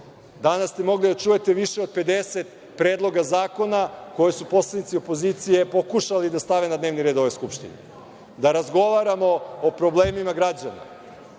Danas ste mogli da čujete više od 50 predloga zakona koje su poslanici opozicije pokušali da stave na dnevni red ove skupštine, da razgovaramo o problemima građana,